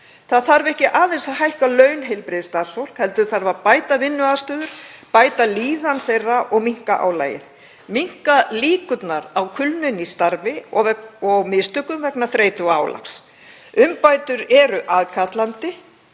Það þarf ekki aðeins að hækka laun heilbrigðisstarfsfólks heldur þarf að bæta vinnuaðstöðu, bæta líðan þess og minnka álagið, minnka líkurnar á kulnun í starfi og mistökum vegna streitu og álags. Umbætur eru aðkallandi